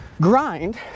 grind